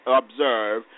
observe